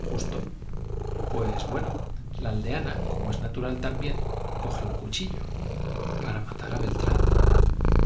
justo pues bueno la aldeana como es natural también coge un cuchillo para matar a beltrand